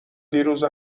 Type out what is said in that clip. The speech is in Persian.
دیروز